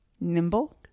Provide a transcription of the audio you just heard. Nimble